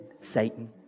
Satan